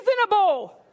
reasonable